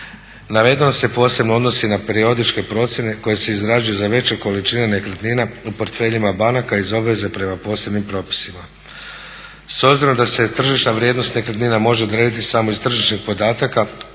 Navedeno se posebno odnosi na periodičke procjene koje se izrađuju za veće količine nekretnina u portfeljima banaka iz obveze prema posebnim propisima. S obzirom da se tržišna vrijednost nekretnina može odrediti samo iz tržišnih podataka